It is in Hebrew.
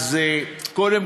זה בדיוק מה שמטריד אותם.